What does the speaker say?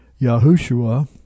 Yahushua